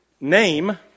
name